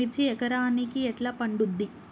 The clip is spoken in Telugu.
మిర్చి ఎకరానికి ఎట్లా పండుద్ధి?